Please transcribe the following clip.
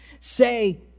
say